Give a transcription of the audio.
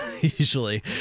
usually